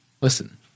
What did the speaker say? Listen